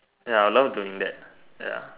ya I love to do that ya